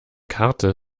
karte